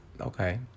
Okay